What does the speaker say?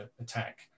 attack